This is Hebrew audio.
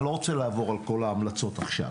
לא רוצה לעבור על כל ההמלצות עכשיו